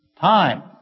time